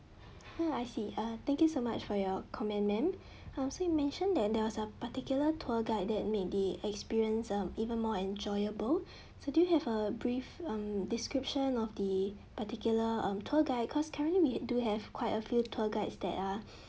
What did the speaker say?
hmm I see uh thank you so much for your comment ma'am um so you mention that there was a particular tour guide that made the experience uh even more enjoyable so do you have a brief um description of the particular um tour guide cause currently we ha~ do have quite a few tour guides that are